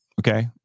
okay